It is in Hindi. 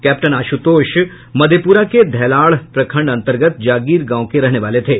कैप्टन आश्रतोष मधेपुरा के धैलाढ़ प्रखंड अंतर्गत जागीर गांव के रहने वाले थे